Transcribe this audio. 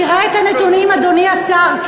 תראה את הנתונים, אדוני השר.